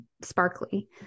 sparkly